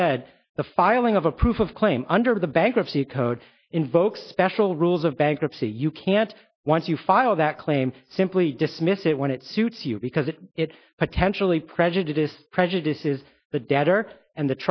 said the filing of a proof of claim under the bankruptcy code invokes special rules of bankruptcy you can't once you file that claim simply dismiss it when it suits you because if it's potentially prejudice prejudice is the